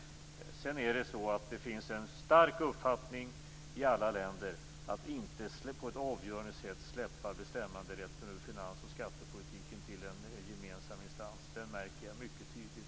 Sedan finns det en stark uppfattning i alla länder att inte på ett avgörande sätt släppa ifrån sig bestämmanderätten över finans och skattepolitiken till en gemensam instans. Det har jag märkt mycket tydligt.